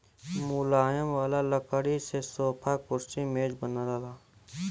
मुलायम वाला लकड़ी से सोफा, कुर्सी, मेज बनला